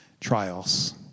trials